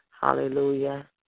hallelujah